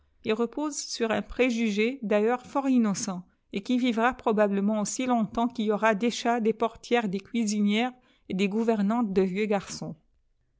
il repose sur un pré è heiurs fort jhtinocit t qui vivra probablement aussi longtemps qu'il y aura des chats des portières des caisinières et des gouvernantes de vieux garçons